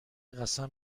قسم